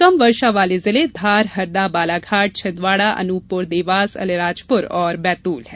कम वर्षा वाले जिले धार हरदा बालाघाट छिदवाड़ा अनूपपुर देवास अलीराजपुर और बैतूल हैं